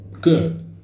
good